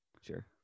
Sure